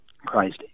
Christ